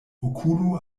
okulo